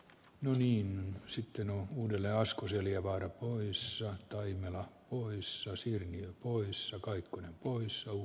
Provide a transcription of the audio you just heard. no niin sitten uudelle asko seljavaara oyssä on toinen kuin soisi hyvin kurissa löytää vastaus